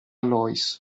lois